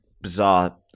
bizarre